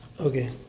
Okay